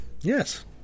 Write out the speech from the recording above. Yes